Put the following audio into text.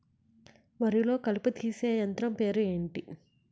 వరి లొ కలుపు తీసే యంత్రం పేరు ఎంటి?